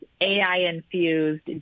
AI-infused